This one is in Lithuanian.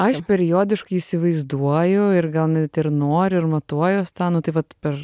aš periodiškai įsivaizduoju ir gal net ir noriu ir matuojuos tą nu tai vat per